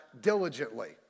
diligently